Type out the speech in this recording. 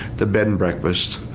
the bed and breakfast.